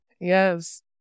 Yes